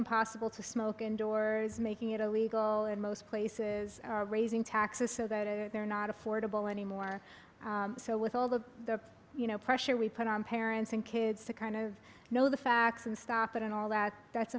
impossible to smoke indoors making it illegal in most places are raising taxes so that they're not affordable anymore so with all the you know pressure we put on parents and kids to kind of know the facts and stop it and all that that's